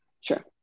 sure